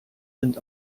sind